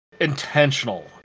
intentional